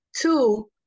Two